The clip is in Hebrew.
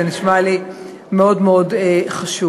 זה נשמע לי מאוד מאוד חשוב.